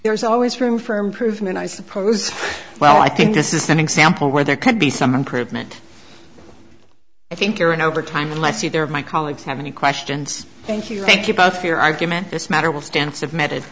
there is always room for improvement i suppose well i think this is an example where there could be some improvement i think or an over time unless either of my colleagues have any questions thank you thank you both for your argument this matter will stand submitted